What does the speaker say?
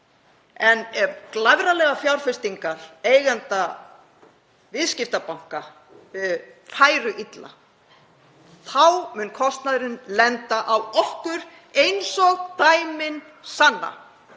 En ef glæfralegar fjárfestingar eigenda viðskiptabanka færu illa þá myndi kostnaðurinn lenda á okkur, eins og dæmin sanna